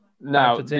Now